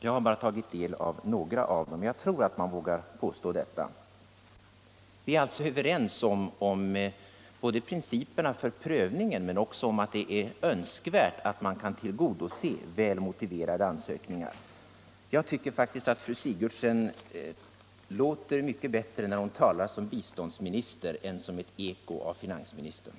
Jag har bara tagit del av några av ansökningarna, men jag tror att man vågar göra detta påstående. Vi är alltså överens både om principerna för prövningen och om det önskvärda i att man kan tillgodose välmotiverade ansökningar. Jag tycker faktiskt att fru Sigurdsen låter mycket bättre när hon talar som biståndsminister än då hon är ett eko av finansministern.